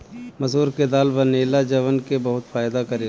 मसूर के दाल बनेला जवन की बहुते फायदा करेला